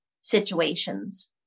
situations